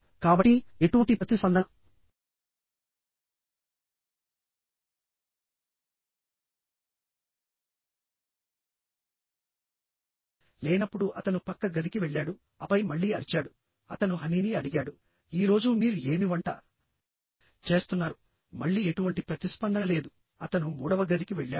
కాబట్టి ఎటువంటి ప్రతిస్పందన లేనప్పుడు అతను పక్క గదికి వెళ్ళాడు ఆపై మళ్ళీ అరిచాడు అతను హనీని అడిగాడు ఈ రోజు మీరు ఏమి వంట చేస్తున్నారుమళ్ళీ ఎటువంటి ప్రతిస్పందన లేదు అతను మూడవ గదికి వెళ్ళాడు